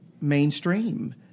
mainstream